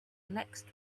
next